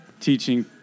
teaching